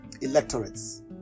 electorates